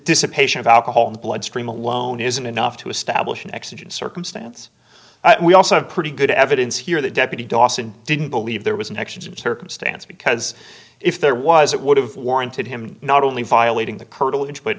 dissipation of alcohol in the blood stream alone isn't enough to establish an accident circumstance we also have pretty good evidence here that deputy dawson didn't believe there was an accident circumstance because if there was it would have warranted him not only violating the curtilage but